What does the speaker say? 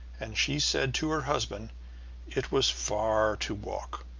and she said to her husband it was far to walk,